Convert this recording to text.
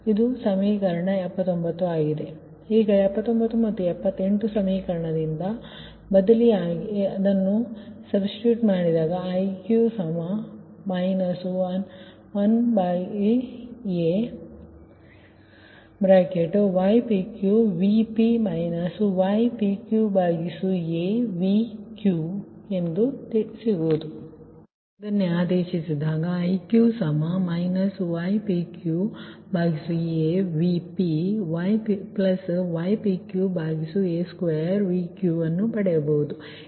ಈಗ 79 ಮತ್ತು 78 ಸಮೀಕರಣದಿಂದ ನೀವು ಇಲ್ಲಿ ಬದಲಿಯಾಗಿರುವ Iq 1aypqVp ypqaVq ಅನ್ನು ನಾವು ಹೊಂದಿದ್ದೇವೆ ಸರಿ